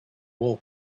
wool